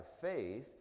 faith